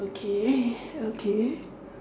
okay eh okay